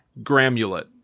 Gramulet